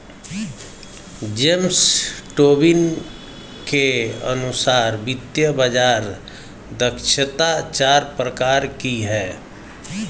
James Tobin के अनुसार वित्तीय बाज़ार दक्षता चार प्रकार की है